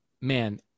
man